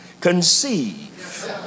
conceive